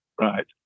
right